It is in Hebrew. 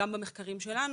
גם במחקרים שלנו,